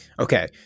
okay